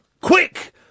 Quick